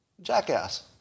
Jackass